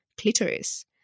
Clitoris